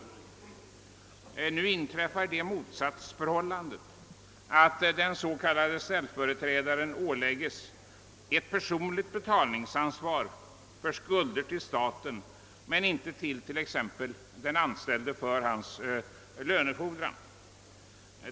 Enligt förslaget skulle det bli ett motsatsförhållande på så sätt att den s.k. ställföreträdaren åläggs ett personligt betalningsansvar för skulder till staten men inte till den anställde för hans lönefordran.